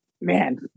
man